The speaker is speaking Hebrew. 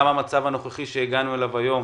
גם המצב הנוכחי שהגענו אליו היום,